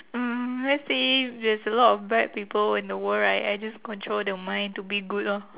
mm let's say there's a lot of bad people in the world right I just control their mind to be good lor